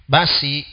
Basi